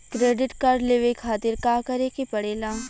Credit card लेवे खातिर का करे के पड़ेला?